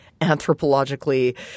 anthropologically